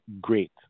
great